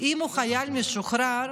אם הוא חייל משוחרר,